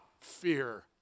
fear